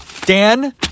Dan